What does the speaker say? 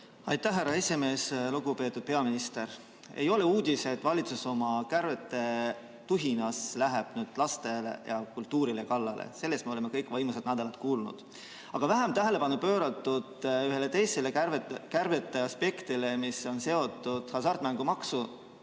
Aitäh, härra esimees! Lugupeetud peaminister! Ei ole uudis, et valitsus oma kärbete tuhinas läheb nüüd laste ja kultuuri kallale. Sellest me oleme kõik viimaste nädalate jooksul kuulnud. Aga vähem on tähelepanu pööratud ühele teisele kärbete aspektile, mis on seotud hasartmängumaksu